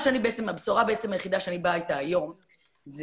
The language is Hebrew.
הבשורה היחידה שאני באה איתה היום זה